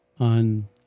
On